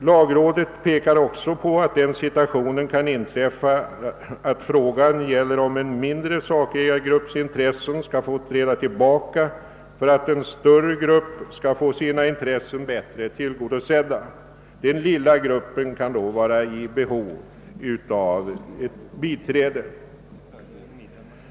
Lagrådet pekar också på att den situationen kan inträffa, att frågan gäller huruvida en mindre sakägargrupps intressen skall träda tillbaka för att en större grupp skall få sina intressen bättre tillgodosedda. Den lilla gruppen kan då vara i behov av biträde.